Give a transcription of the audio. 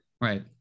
Right